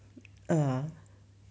uh